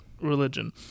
religion